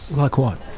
like what?